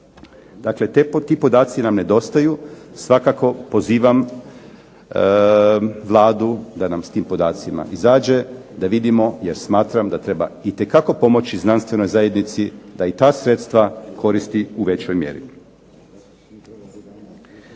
Dakle ti podaci nam nedostaju, svakako pozivam Vladu da nam s tim podacima izađe, da vidimo jer smatram da treba itekako pomoći znanstvenoj zajednici da i ta sredstva koristi u većoj mjeri.